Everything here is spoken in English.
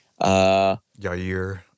Yair